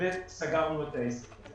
וסגרנו את העסק הזה.